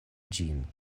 ĝin